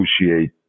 negotiate